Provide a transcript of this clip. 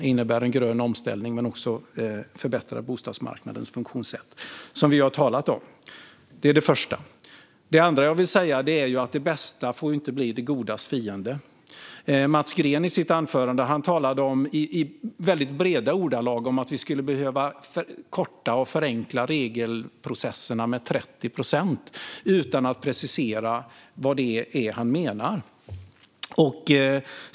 Det innebär en grön omställning men också en förbättring av bostadsmarknadens funktionssätt, som vi ju har talat om. Det andra jag vill säga är att det bästa inte får bli det godas fiende. I sitt anförande talade Mats Green i breda ordalag om att vi skulle behöva korta och förenkla regelprocesserna med 30 procent - utan att precisera vad det är han menar.